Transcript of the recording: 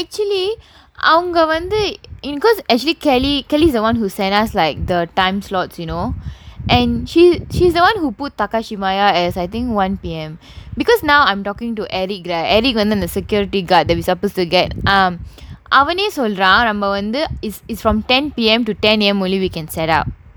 அவங்க வந்து:avanga vanthu because actually kelly kelly is the [one] who sent us like the time slots you know and she she's the [one] who put takashimaya as I think one P_M because now I'm talking to eric right eric and the security guard that we suppose to get um அவனே சொல்றான் நம்ம வந்து:avanae solraan namma vanthu is is from ten P_M to ten A_M only we can set up